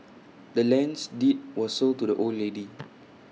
the land's deed was sold to the old lady